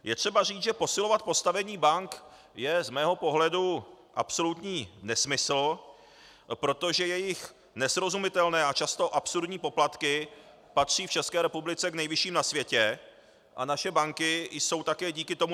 Je třeba říct, že posilovat postavení bank je z mého pohledu absolutní nesmysl, protože jejich nesrozumitelné a často absurdní poplatky patří v České republice k nejvyšším na světě a naše banky jsou také díky tomu nejziskovější.